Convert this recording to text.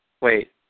Wait